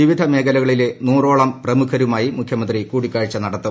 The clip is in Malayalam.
വിവിധ മേഖലകളിലെ നൂറോളം പ്രമുഖരുമായി മുഖ്യമന്ത്രി കൂടിക്കാഴ്ച്ച നടത്തും